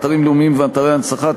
אתרים לאומיים ואתרי הנצחה,